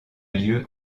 lieu